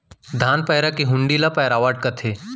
धान पैरा के हुंडी ल पैरावट कथें